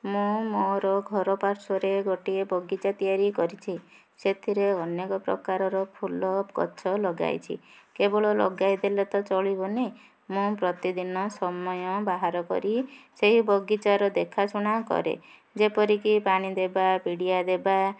ମୁଁ ମୋର ଘର ପାର୍ଶ୍ୱରେ ଗୋଟିଏ ବଗିଚା ତିଆରି କରିଛି ସେଥିରେ ଅନେକ ପ୍ରକାରର ଫୁଲ ଗଛ ଲଗାଇଛି କେବଳ ଲଗାଇ ଦେଲେ ତ ଚଳିବନି ମୁଁ ପ୍ରତିଦିନ ସମୟ ବାହାର କରି ସେହି ବଗିଚାର ଦେଖା ଶୁଣା କରେ ଯେପରିକି ପାଣି ଦେବା ପିଡ଼ିଆ ଦେବା